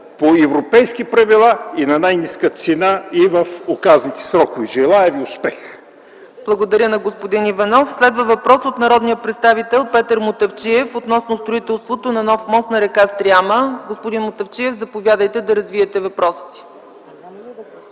по европейски правила, на най-ниска цена и в указаните срокове. Желая успех!